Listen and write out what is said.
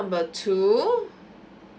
number two